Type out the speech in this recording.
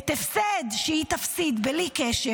הפסד שהיא תפסיד בלי קשר,